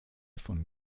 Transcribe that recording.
von